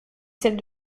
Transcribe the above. celle